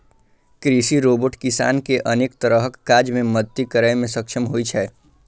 कृषि रोबोट किसान कें अनेक तरहक काज मे मदति करै मे सक्षम होइ छै